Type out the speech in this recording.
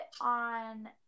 on